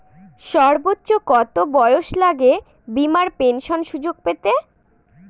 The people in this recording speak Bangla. সর্বোচ্চ কত বয়স লাগে বীমার পেনশন সুযোগ পেতে?